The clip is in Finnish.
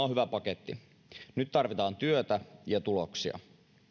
on hyvä paketti nyt tarvitaan työtä ja tuloksia